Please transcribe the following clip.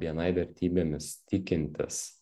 bni vertybėmis tikintys